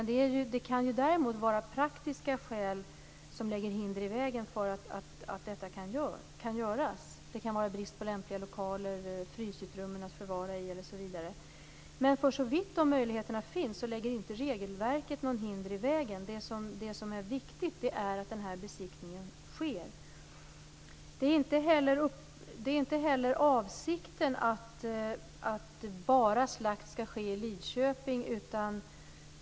Det kan däremot vara praktiska skäl som lägger hinder i vägen för att detta kan göras. Det kan vara brist på lämpliga lokaler, frysutrymmen att förvara i osv. Men såvitt de möjligheterna finns lägger inte regelverket något hinder i vägen. Det som är viktigt är att besiktningen sker. Det är inte heller avsikten att slakt enbart skall ske i Lidköping.